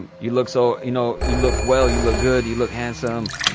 and you look so, you know you look well. you look good. you look handsome.